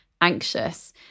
anxious